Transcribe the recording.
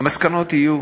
המסקנות יהיו